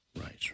Right